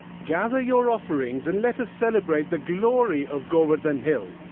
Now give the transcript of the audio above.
gather your offerings and let us celebrate the glory of govardhana hill.